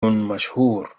مشهور